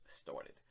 started